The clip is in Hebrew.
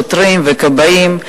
שוטרים וכבאים.